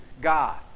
God